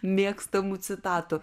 mėgstamų citatų